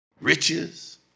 Riches